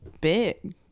big